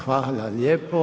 Hvala lijepo.